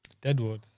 Deadwood